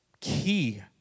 key